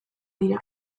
dira